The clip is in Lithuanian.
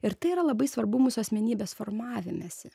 ir tai yra labai svarbu mūsų asmenybės formavimesi